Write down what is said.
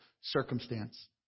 circumstance